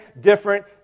different